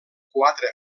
quatre